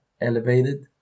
elevated